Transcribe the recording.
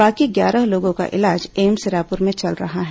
बाकी ग्यारह लोगों का इलाज एम्स रायपुर में चल रहा है